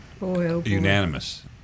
Unanimous